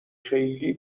خیلی